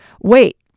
Wait